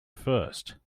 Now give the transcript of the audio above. first